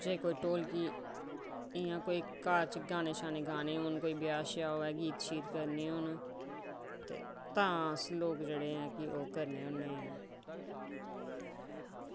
जे कोई ढोलकी कोई घर च गाने गाने होन घर च कोई गीत गाने होने ते तां अस लोक जेह्ड़े कि एह् करने होन्ने